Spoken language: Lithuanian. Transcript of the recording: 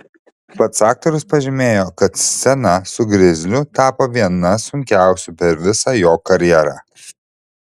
pats aktorius pažymėjo kad scena su grizliu tapo viena sunkiausių per visą jo karjerą